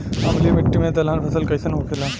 अम्लीय मिट्टी मे दलहन फसल कइसन होखेला?